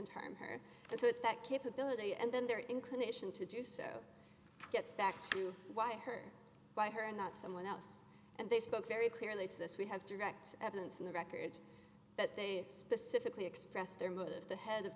at that capability and then their inclination to do so gets back to why her by her and not someone else and they spoke very clearly to this we have direct evidence in the record that they specifically expressed their motives the head of